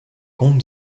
comte